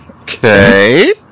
okay